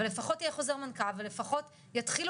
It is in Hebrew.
אבל לפחות יהיה חוזר מנכ"ל ולפחות יתחילו